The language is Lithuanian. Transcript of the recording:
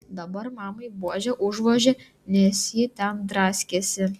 dar mamai buože užvožė nes ji ten draskėsi